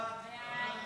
ההצעה להעביר